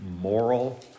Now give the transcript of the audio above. moral